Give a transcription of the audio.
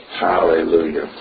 Hallelujah